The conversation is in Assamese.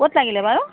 ক'ত লাগিলে বাৰু